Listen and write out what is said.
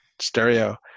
stereo